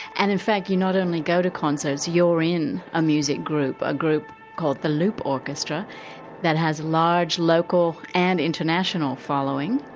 and in fact you not only go to concerts, you're in a music group, a group called the loop orchestra that has a large local and international following,